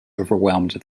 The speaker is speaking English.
overwhelmed